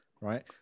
right